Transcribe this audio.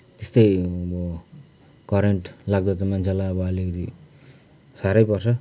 त्यस्तै अब करेन्ट लाग्दा त मान्छेलाई अब अलिकति साह्रै पर्छ